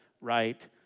right